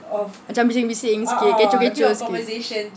macam bising-bising sikit kecoh-kecoh sikit